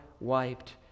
wiped